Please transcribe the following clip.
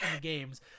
games